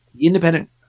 independent